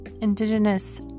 Indigenous